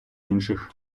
інших